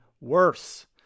worse